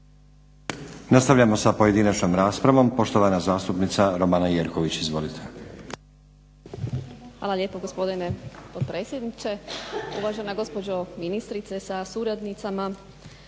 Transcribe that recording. Nastavljamo sa pojedinačnom raspravom, poštovana zastupnica Romana Jerković. Izvolite. **Jerković, Romana (SDP)** Hvala lijepo gospodine potpredsjedniče, uvažena gospođo ministrice sa suradnicama.